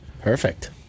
Perfect